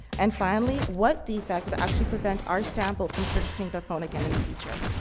and finally, what defect would actually prevent our sample from purchasing their phone again in the future.